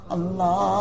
Allah